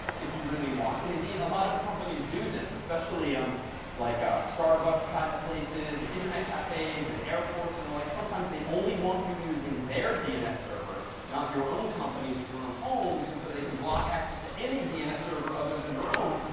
if you really want. and indeed, a lot of companies do this, especially um like ah starbucks kind of places, internet cafes in airports and the like. sometimes they only want you using their dns server, not your own company's or your own home's. and so they can block access to any dns server other than their own.